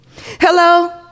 Hello